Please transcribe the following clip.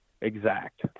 exact